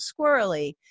squirrely